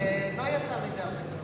לא יצא מזה הרבה טוב.